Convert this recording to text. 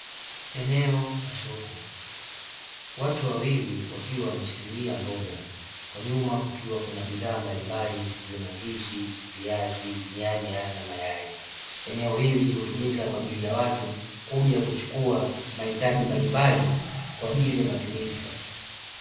Eneo la soko watu wawili wakiwa wameshikilia mboga, kwa nyuma kukiwa kuna bidhaa mbalimbali zikiwemo ndizi, viazi, nyanya, mayai. Eneo hili hutumika kwa ajili ya watu kuja kuchukua mahitaji mbalimbali kwa ajili ya matumizi.